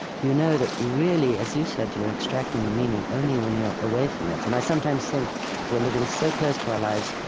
you know that, really, as you said, you're extracting the meaning only when you're away from it. and i sometimes think we're living so close to our lives,